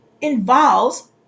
involves